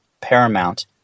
paramount